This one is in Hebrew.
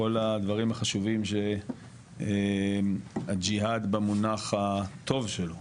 כל הדברים החשובים שהג'יהאד במונח הטוב שלו,